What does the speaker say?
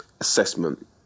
assessment